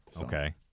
Okay